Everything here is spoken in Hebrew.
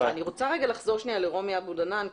אני רוצה לחזור לרומי אבן דנן.